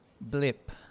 blip